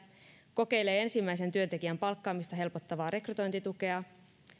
kokeilee ensimmäisen työntekijän palkkaamista helpottavaa rekrytointitukea